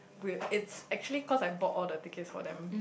with it's actually cause I bought all the tickets for them